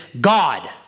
God